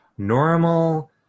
Normal